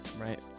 right